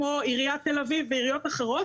כמו עיריית תל אביב ועיריות אחרות,